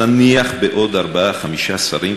נניח בעוד ארבעה-חמישה שרים,